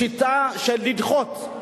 שיטה של לדחות,